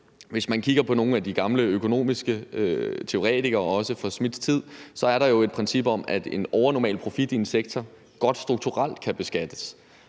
Hvis man kigger på nogle af de gamle økonomiske teoretikere, også fra Adam Smiths tid, er der jo et princip om, at en overnormal profit i en sektor godt kan beskattes